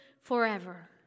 forever